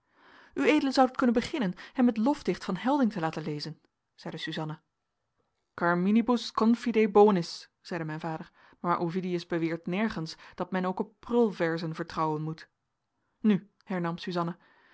ued zoudt kunnen beginnen hem het lofdicht van helding te laten lezen zeide suzanna carminibus confide bonis zeide mijn vader maar ovidius beweert nergens dat men ook op prulverzen vertrouwen moet nu hernam